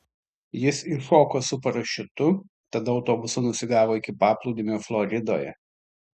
jis iššoko su parašiutu tada autobusu nusigavo iki paplūdimio floridoje